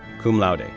cum laude,